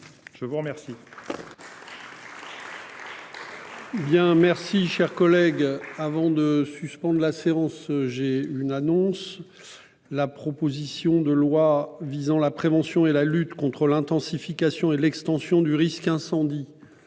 je vous remercie